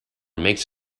makes